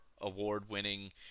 award-winning